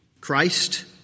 Christ